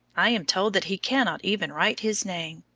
i am told that he cannot even write his name.